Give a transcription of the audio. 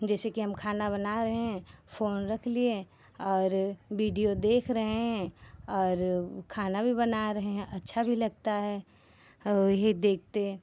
जैसे कि हम खाना बना रहे हैं फ़ोन रख लिए और वीडियो देख रहे हैं और खाना भी बना रहे हैं अच्छा भी लगता है और देखते हैं